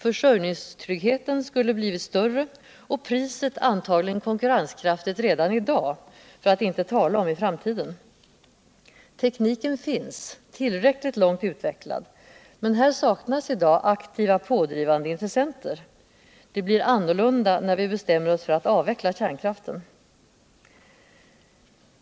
Försörjningstryggheten skulle ha blivit större och priset antagligen konkurrenskraftigt redan i dag, för att inte tala om i framtiden. Tekniken finns tillräckligt långt utvecklad, men här saknas i dag aktiva, pådrivande intressenter. Det blir annorlunda när vi bestämmer oss för att avveckla kärnkraften!